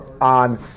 on